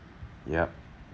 yup